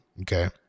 okay